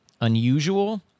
unusual